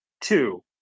two